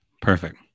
Perfect